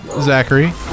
Zachary